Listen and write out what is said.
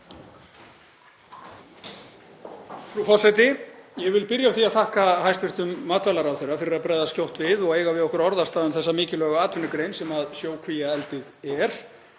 Frú forseti. Ég vil byrja á því að þakka hæstv. matvælaráðherra fyrir að bregðast skjótt við og eiga við okkur orðastað um þá mikilvægu atvinnugrein sem sjókvíaeldið er.